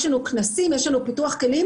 יש לנו כנסים, יש לנו פיתוח כלים.